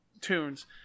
tunes